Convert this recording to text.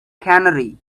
canary